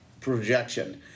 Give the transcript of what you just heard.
projection